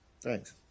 Thanks